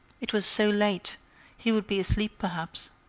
it was so late he would be asleep perhaps.